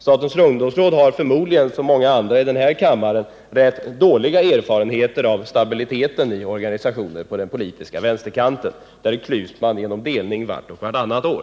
Statens ungdomsråd har förmodligen, liksom många i denna kammare, rätt dåliga erfarenheter av stabiliteten hos organisationer på den politiska vänsterkanten. Där förökar man sig som bekant genom delning vart och vartannat år.